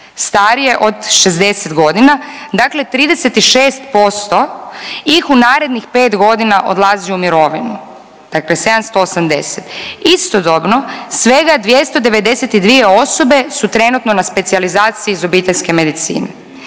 starije od 60 godina, dakle 36% ih u narednih 5 godina odlazi u mirovinu. Dakle 780, istodobno, svega 292 osobe su trenutno na specijalizaciji iz obiteljske medicine.